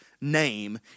name